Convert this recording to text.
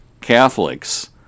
Catholics